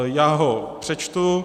Já ho přečtu: